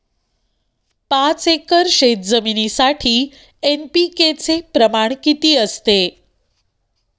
पाच एकर शेतजमिनीसाठी एन.पी.के चे प्रमाण किती असते?